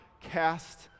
cast